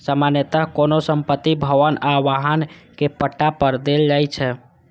सामान्यतः कोनो संपत्ति, भवन आ वाहन कें पट्टा पर देल जाइ छै